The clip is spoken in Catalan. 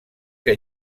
que